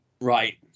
right